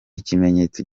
ikimenyetso